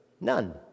none